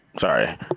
Sorry